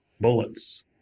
bullets